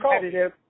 competitive